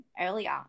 earlier